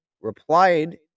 replied